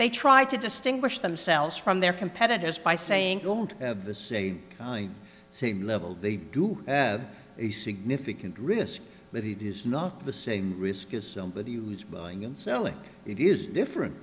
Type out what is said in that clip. they try to distinguish themselves from their competitors by saying don't say the same level they do have a significant risk that it is not the same risk is somebody who's buying and selling it is different